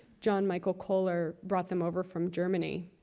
john michael kohler brought them over from germany,